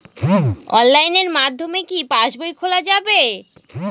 অনলাইনের মাধ্যমে কি পাসবই খোলা যাবে?